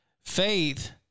Faith